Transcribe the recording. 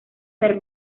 per